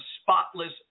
spotless